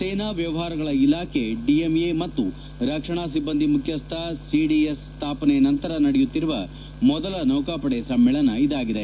ಸೇನಾ ವ್ಯವಹಾರಗಳ ಇಲಾಖೆ ಡಿಎಂಎ ಮತ್ತು ರಕ್ಷಣಾ ಸಿಬ್ಲಂದಿ ಮುಖ್ಯಸ್ಲ ಸಿಡಿಎಸ್ ಸ್ಲಾಪನೆ ನಂತರ ನಡೆಯುತ್ತಿರುವ ಮೊದಲ ನೌಕಾಪಡೆ ಸಮ್ಮೇಳನ ಇದಾಗಿದೆ